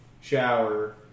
Shower